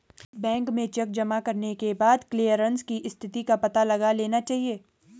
bank में cheque जमा करने के बाद चेक क्लेअरन्स की स्थिति का पता लगा लेना चाहिए